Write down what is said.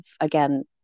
again